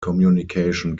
communication